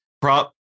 prop